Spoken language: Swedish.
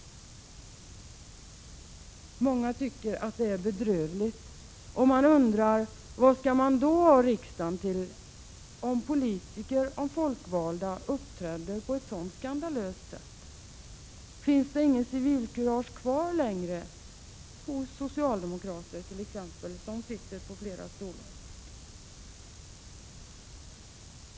Många tycker att detta är bedrövligt. Man undrar vad man skall ha riksdagen till, om folkvalda politiker uppträder på ett sådant skandalöst sätt. Finns det inte längre kvar något civilkurage t.ex. hos socialdemokrater som sitter på flera stolar?